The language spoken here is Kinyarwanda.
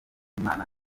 z’imana